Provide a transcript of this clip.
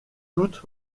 toutes